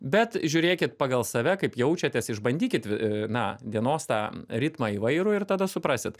bet žiūrėkit pagal save kaip jaučiatės išbandykit na dienos tą ritmą įvairų ir tada suprasit